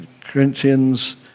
Corinthians